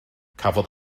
cafodd